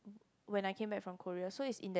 when I came back from Korea so it's in then